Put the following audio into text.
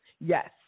Yes